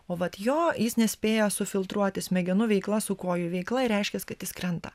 o vat jo jis nespėja sufiltruoti smegenų veikla su kojų veikla ir reiškias kad jis krenta